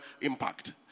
impact